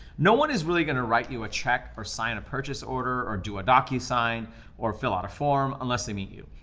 no one is really gonna write you a check or sign a purchase order, or do a docusign or fill out a form unless they meet you.